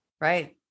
Right